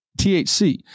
THC